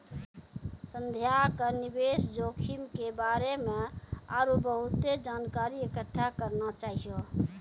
संध्या के निवेश जोखिम के बारे मे आरु बहुते जानकारी इकट्ठा करना चाहियो